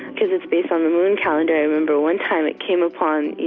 because it's based on the moon calendar, i remember one time it came upon,